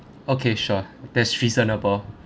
okay sure that's reasonable